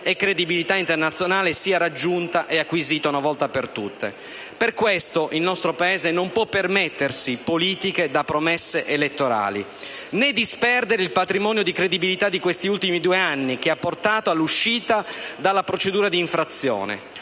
la credibilità internazionale siano raggiunte ed acquisite una volta per tutte. Per questo motivo il nostro Paese non può permettersi politiche da promesse elettorali, né di disperdere il patrimonio di credibilità di questi ultimi due anni che ha portato all'uscita dalla procedura di infrazione.